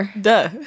Duh